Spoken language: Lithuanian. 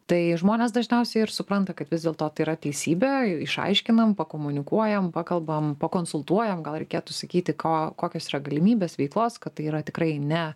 tai žmonės dažniausiai ir supranta kad vis dėlto tai yra teisybė išaiškinam komunikuojam pakalbam pakonsultuojam gal reikėtų sakyti ko kokios yra galimybės veiklos kad tai yra tikrai ne